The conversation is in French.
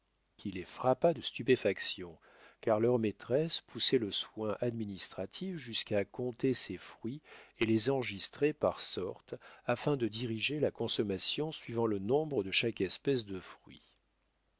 qui les frappa de stupéfaction car leur maîtresse poussait le soin administratif jusqu'à compter ses fruits et les enregistrait par sortes afin de diriger la consommation suivant le nombre de chaque espèce de fruit